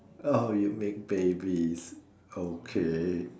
oh you make babies okay